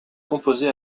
composée